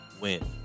win